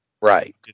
Right